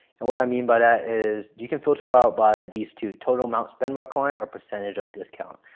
and what i mean by that is you can filter out by these two. total amount spent by client or percentage of discount.